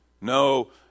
No